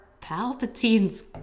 Palpatine's